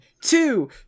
two